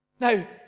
Now